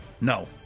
No